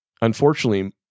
Unfortunately